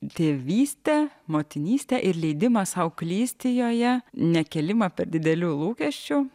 tėvystę motinystę ir leidimą sau klysti joje nekėlimą per didelių lūkesčių